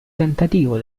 tentativo